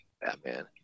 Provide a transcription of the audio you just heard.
Batman